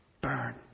burn